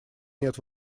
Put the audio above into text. нет